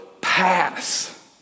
pass